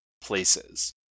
places